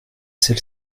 celle